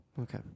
Okay